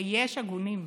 ויש הגונים: